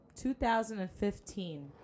2015